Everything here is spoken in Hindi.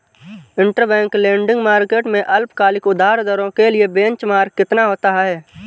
इंटरबैंक लेंडिंग मार्केट में अल्पकालिक उधार दरों के लिए बेंचमार्क कितना होता है?